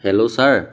hello sir